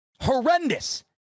Horrendous